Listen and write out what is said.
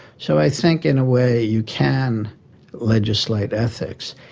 so i think in a way you can legislate ethics.